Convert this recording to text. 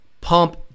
Pump